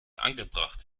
angebracht